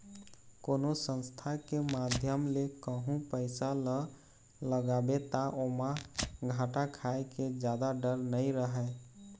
कोनो संस्था के माध्यम ले कहूँ पइसा ल लगाबे ता ओमा घाटा खाय के जादा डर नइ रहय